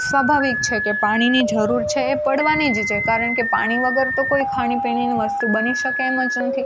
સ્વભાવિક છે કે પાણીની જરૂર છે એ પડવાની જ છે કારણ કે પાણી વગર તો કોઈ ખાણી પીણીની વસ્તુ બની શકે એમ જ નથી